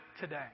today